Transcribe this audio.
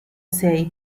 say